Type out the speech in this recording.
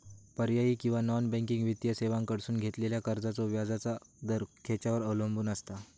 पर्यायी किंवा non banking वित्तीय सेवांकडसून घेतलेल्या कर्जाचो व्याजाचा दर खेच्यार अवलंबून आसता?